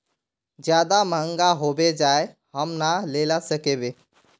ज्यादा महंगा होबे जाए हम ना लेला सकेबे?